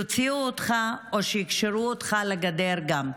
יוציאו אותך או שיקשרו אותך לגדר גם".